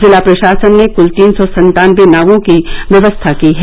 जिला प्रशासन ने कुल तीन सौ सत्तानबे नावों की व्यवस्था की है